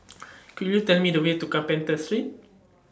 Could YOU Tell Me The Way to Carpenter Street